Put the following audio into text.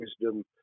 wisdom